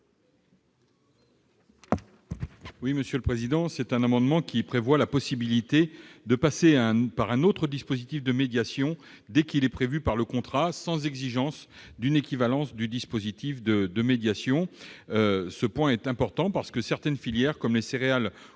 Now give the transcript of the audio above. qui viennent d'être défendus. Cet amendement prévoit la possibilité de passer par un autre dispositif de médiation, dès qu'il est prévu par le contrat, sans exigence d'une équivalence du dispositif de médiation. Ce point est important, car certaines filières, comme les céréales ou le sucre,